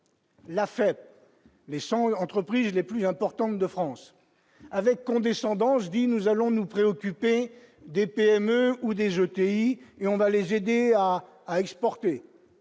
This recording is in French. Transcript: la fête les 100 entreprises les plus importantes de France avec condescendance, dit : nous allons nous préoccuper des PME ou des jetés, et on va les aider à à exporter,